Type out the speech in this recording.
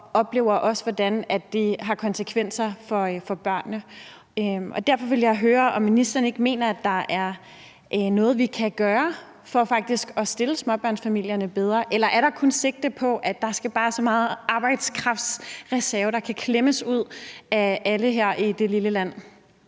og oplever også, hvordan det har konsekvenser for børnene. Derfor vil jeg høre, om ministeren ikke mener, at der er noget, vi kan gøre for faktisk at stille småbørnsfamilierne bedre. Eller tager man kun sigte på at klemme så meget arbejdskraftreserve ud, der kan klemmes ud af alle her i det lille land?